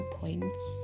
points